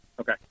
okay